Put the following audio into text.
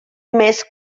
més